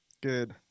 Good